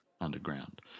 underground